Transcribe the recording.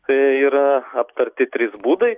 tai yra aptarti trys būdai